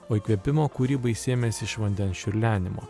o įkvėpimo kūrybai sėmėsi iš vandens čiurlenimo